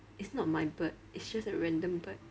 it's not my bird it's just a random bird